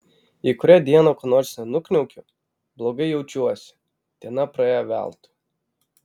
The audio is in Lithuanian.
jei kurią dieną ko nors nenukniaukiu blogai jaučiuosi diena praėjo veltui